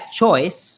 choice